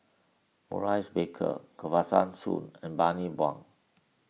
Maurice Baker Kesavan Soon and Bani Buang